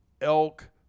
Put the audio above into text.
elk